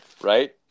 right